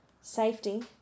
safety